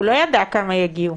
הוא לא ידע כמה יגיעו,